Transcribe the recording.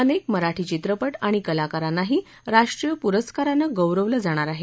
अनेक मराठी चित्रपा आणि कलाकारांनाही राष्ट्रीय पुरस्कारनं गौरवलं जाणार आहे